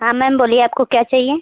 हाँ मैम बोलिए आपको क्या चाहिए